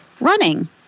running